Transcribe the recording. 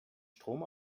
strom